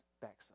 backside